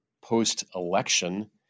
post-election